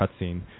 cutscene